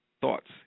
thoughts